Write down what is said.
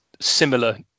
similar